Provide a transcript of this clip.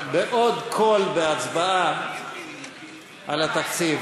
בעוד קול בהצבעה על התקציב.